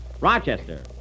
Rochester